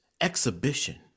exhibition